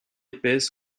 épaisse